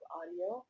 audio